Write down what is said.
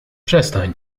przestań